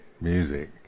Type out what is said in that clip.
music